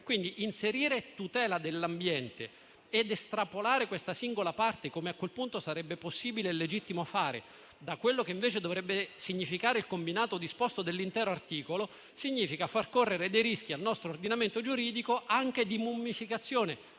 riferimento alla tutela dell'ambiente ed estrapolare questa singola parte, come a quel punto sarebbe possibile e legittimo fare, da quello che invece dovrebbe significare il combinato disposto dell'intero articolo significa far correre dei rischi al nostro ordinamento giuridico anche di mummificazione,